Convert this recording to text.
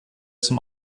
zum